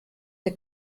der